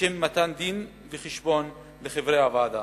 לשם מתן דין-וחשבון לחברי הוועדה,